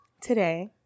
today